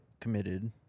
committed